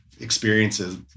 experiences